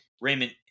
Raymond